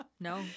No